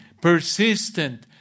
persistent